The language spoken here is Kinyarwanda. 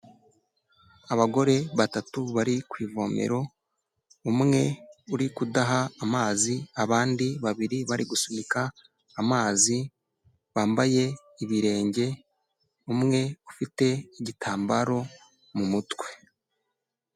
Abagore batatu bari ku ivomero, umwe uri kudaha amazi abandi babiri bari gusunika amazi, bambaye ibirenge umwe ufite igitambaro mu mutwe.